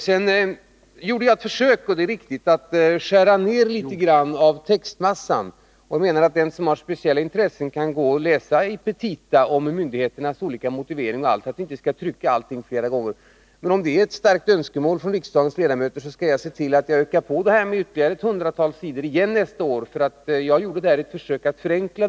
Det är riktigt att jag gjorde ett försök att i propositionen skära ned textmassan litet grand. Jag menar att den som har ett speciellt intresse kan läsa i petita om bl.a. myndigheternas olika motiveringar. Vi skall enligt min mening inte behöva trycka allting flera gånger. Men om det är ett starkt önskemål från riksdagens ledamöter, skall jag se till att jag ökar på propositionen med ytterligare ett hundratal sidor nästa år. Jag gjorde i år ett försök till förenkling.